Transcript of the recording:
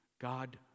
God